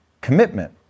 commitment